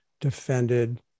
defended